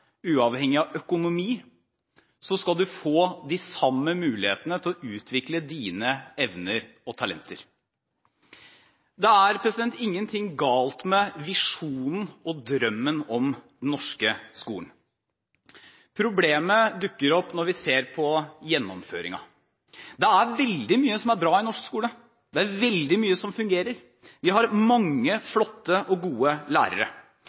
uavhengig av økonomi, skal du få de samme mulighetene til å utvikle dine evner og talenter. Det er ingenting galt med visjonen og drømmen om den norske skolen. Problemet dukker opp når vi ser på gjennomføringen. Det er veldig mye som er bra i norsk skole. Det er veldig mye som fungerer. Vi har mange flotte og gode lærere.